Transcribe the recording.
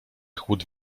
chłód